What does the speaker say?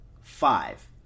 five